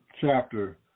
chapter